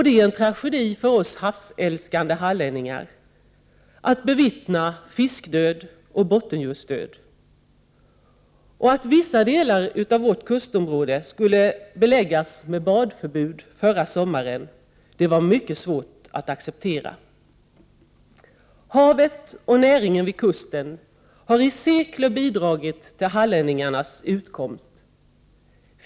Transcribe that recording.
Det är en tragedi för oss havsälskande hallänningar att bevittna fiskdöd och bottendjursdöd, och att vissa delar av vårt kustområde förra sommaren belades med badförbud var mycket svårt att acceptera. Havet och näringen vid kusten har i sekler bidragit till hallänningarnas utkomst.